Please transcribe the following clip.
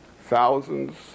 Thousands